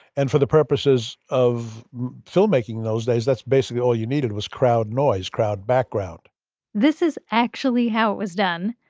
and for the purposes of filmmaking those days, that's basically all you needed was crowd noise, crowd background this is actually how it was done,